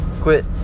quit